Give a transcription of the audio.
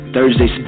Thursday